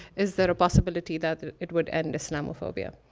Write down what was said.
is there a possibility that it would end islamophobia?